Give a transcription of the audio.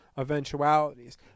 eventualities